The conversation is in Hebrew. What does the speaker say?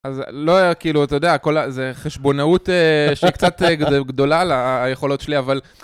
אז לא, כאילו, אתה יודע, זה חשבונאות שהיא קצת גדולה ליכולות שלי, אבל...